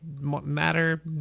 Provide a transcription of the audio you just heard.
matter